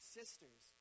sisters